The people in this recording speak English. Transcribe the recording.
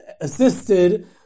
assisted